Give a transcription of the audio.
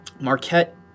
Marquette